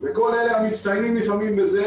וכל אלה המצטיינים לפעמים בזה,